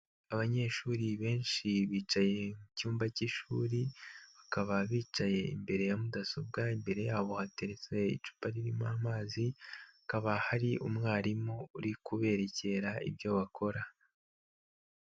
Abanyeshuri benshi bicaye mu cyumba k'ishuri, bakaba bicaye imbere ya mudasobwa imbere yabo hateretse icupa ririmo amazi, hakaba hari umwarimu uri kuberekera ibyo bakora.